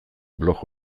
blog